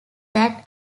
that